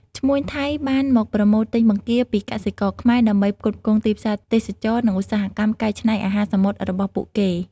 ឈ្មួញថៃបានមកប្រមូលទិញបង្គាពីកសិករខ្មែរ ដើម្បីផ្គត់ផ្គង់ទីផ្សារទេសចរណ៍ និងឧស្សាហកម្មកែច្នៃអាហារសមុទ្ររបស់ពួកគេ។